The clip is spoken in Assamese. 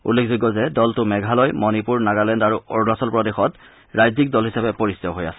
উল্লেখযোগ্য যে দলটো মেঘালয় মণিপুৰ নাগালেণ্ড আৰু অৰুণাচল প্ৰদেশত ৰাজ্যিক দল হিচাপে পৰিচিত হৈ আছে